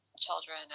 children